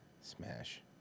Smash